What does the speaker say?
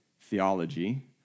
theology